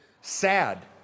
sad